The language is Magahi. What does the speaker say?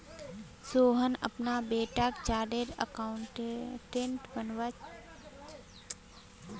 सोहन अपना बेटाक चार्टर्ड अकाउंटेंट बनवा चाह्चेय